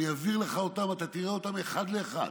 אני אעביר לך אותן, אתה תראה אותן אחת לאחת.